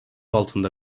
altında